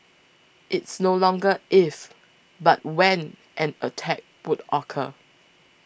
it's no longer if but when an attack would occur